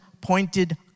pointed